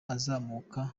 azamuka